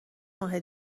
ماه